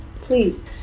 please